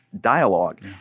Dialogue